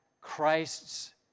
Christ's